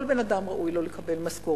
כל בן-אדם ראוי לו לקבל משכורת,